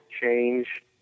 change